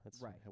right